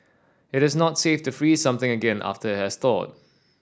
it is not safe to freeze something again after it has thawed